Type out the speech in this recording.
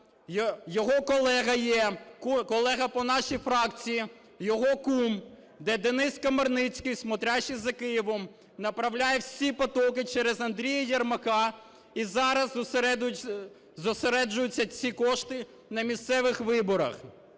його колега є, колега по нашій фракції, його кум, де Денис Комарницький, "смотрящий" за Києвом, направляє всі потоки через Андрія Єрмака, і зараз зосереджуються ці кошти на місцевих виборах.